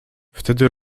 wtedy